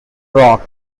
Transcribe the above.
rock